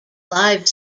live